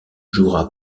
jouera